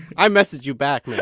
i messaged you back